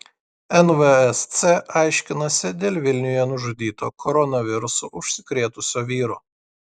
nvsc aiškinasi dėl vilniuje nužudyto koronavirusu užsikrėtusio vyro